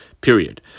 Period